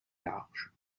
large